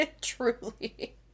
Truly